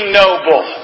noble